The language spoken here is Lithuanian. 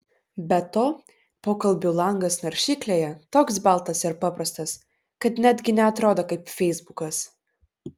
be to pokalbių langas naršyklėje toks baltas ir paprastas kad netgi neatrodo kaip feisbukas